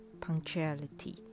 punctuality